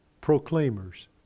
proclaimers